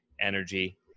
energy